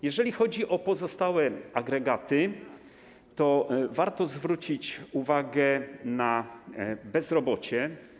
Jeżeli chodzi o pozostałe agregaty, warto zwrócić uwagę na bezrobocie.